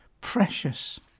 precious